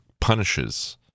punishes